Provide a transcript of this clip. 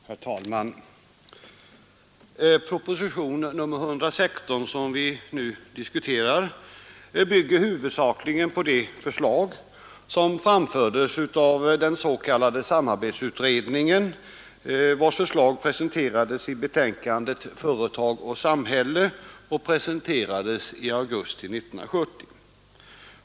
Herr talman! Propositionen 116, som vi nu diskuterar bygger huvudsakligen på den s.k. samarbetsutredningen, vars förslag i betänkandet ”Företag och samhälle” presenterades i augusti 1970.